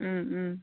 उम उम